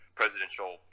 presidential